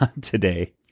today